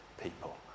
people